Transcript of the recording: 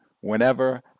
whenever